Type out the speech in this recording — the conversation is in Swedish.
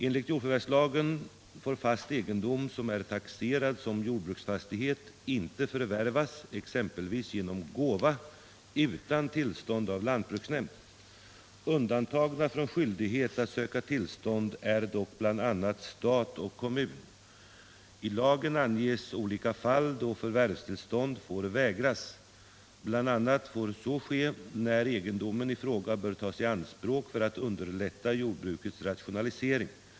Enligt jordförvärvslagen får fast egendom som är taxerad som jordbruksfastighet inte förvärvas exempelvis genom gåva utan tillstånd av lantbruksnämnd. Undantagna från skyldighet att söka tillstånd är dock bl.a. stat och kommun. I lagen anges olika fall då förvärvstillstånd får vägras. Bl. a. får så ske när egendomen i fråga bör tas i anspråk för att underlätta jordbrukets rationalisering.